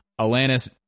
Alanis